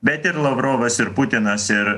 bet ir lavrovas ir putinas ir